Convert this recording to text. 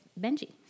benji